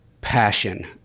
passion